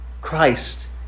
Christ